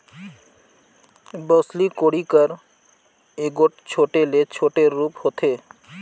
बउसली कोड़ी कर एगोट छोटे ले छोटे रूप होथे